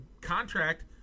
contract